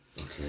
okay